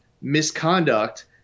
misconduct